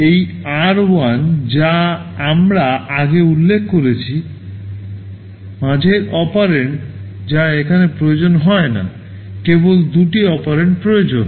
এই আর 1 যা আমরা আগে উল্লেখ করছি মাঝের অপারেন্ড যা এখানে প্রয়োজন হয় না কেবল দুটি অপারেন্ড প্রয়োজন